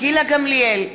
גילה גמליאל,